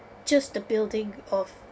just the building of